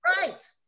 Right